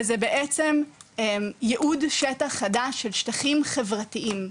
וזה בעצם ייעוד שטח חדש של שטחים חברתיים,